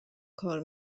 کار